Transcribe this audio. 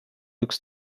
looked